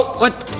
what?